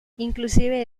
inclusive